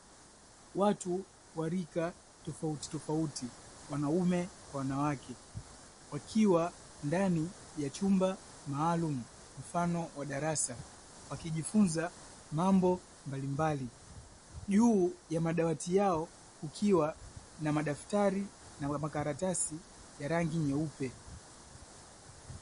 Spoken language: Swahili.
Watu warika tofauti tofauti wanaume kwa wanawake wakiwa ndani ya chumba maalum mfano wa darasa wakijifunza mambo mbalimbali, juu ya madawati yao kukiwa na madaftari na makaratasi ya rangi nyeupe.